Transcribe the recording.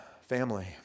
Family